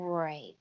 Right